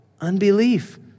Unbelief